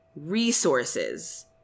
resources